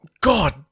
God